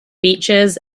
beaches